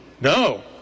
No